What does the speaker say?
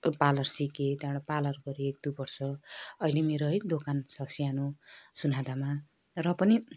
parlour सिकेँ त्यहाँबाट parlour गरेँ एक दुई वर्ष अहिले मेरो है दोकान छ सानो सोनादामा र पनि